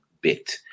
bit